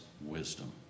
wisdom